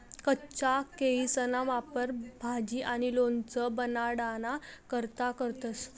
कच्चा केयीसना वापर भाजी आणि लोणचं बनाडाना करता करतंस